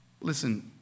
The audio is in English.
Listen